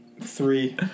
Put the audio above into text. three